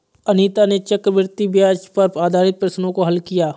अनीता ने चक्रवृद्धि ब्याज पर आधारित प्रश्नों को हल किया